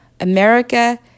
America